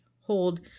hold